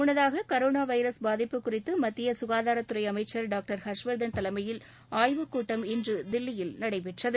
முன்னதாக corona virus பாதிப்பு குறித்து மத்திய சுகாதாரத்துறை அமைச்சர் டாக்டர் ஹா்ஸ்வா்தன் தலைமையில் ஆய்வுக் கூட்டம் இன்று தில்லியில் நடைபெற்றது